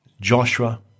Joshua